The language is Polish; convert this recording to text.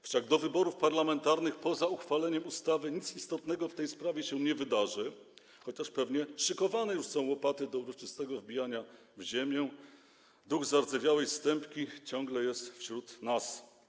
Wszak do wyborów parlamentarnych poza uchwaleniem ustawy nic istotnego w tej prawie się nie wydarzy, chociaż pewnie szykowane już są łopaty do uroczystego wbijania w ziemię, duch zardzewiałej stępki ciągle jest wśród nas.